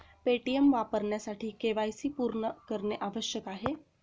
Paytm वापरण्यासाठी KYC पूर्ण करणे आवश्यक आहे